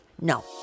No